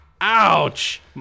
Ouch